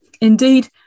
Indeed